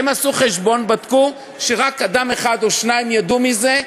הם עשו חשבון ובדקו שרק אדם אחד או שניים ידעו מזה.